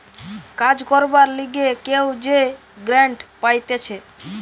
কাজ করবার লিগে কেউ যে গ্রান্ট পাইতেছে